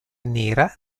nera